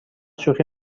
شوخی